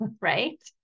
Right